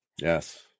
yes